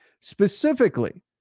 specifically